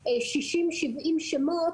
היום ה-6 ביוני 2022, ז' בסיוון התשפ"ב.